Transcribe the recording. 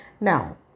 now